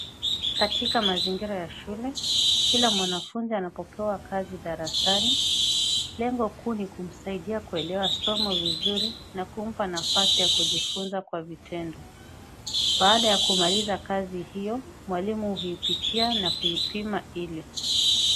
Katika mazingira ya shule, kila mwanafunzi anapopewa kazi darasani lengo kuu ni kumsaidia kuelewa somo vizuri na kumpa nafasi ya kujifunza kwa vitendo. Baada ya kumaliza kazi hiyo mwalimu huipitia na kuipima ile.